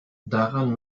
daran